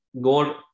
God